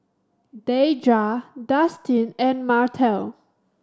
Deidra Dustin and Martell